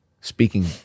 speaking